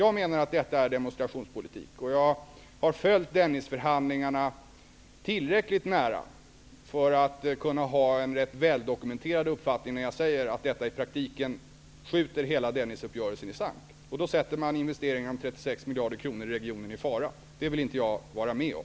Jag menar att detta är demonstrationspolitik. Jag har följt Dennisförhandlingarna tillräckligt nära för att kunna ha en rätt väldokumenterad uppfattning. Jag säger att detta i praktiken skjuter hela Dennisuppgörelsen i sank. Då sätter man investeringar i regionen på 36 miljarder kronor i fara. Det vill jag inte vara med om.